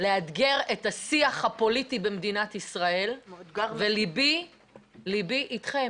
לאתגר את השיח הפוליטי במדינת ישראל וליבי איתכם.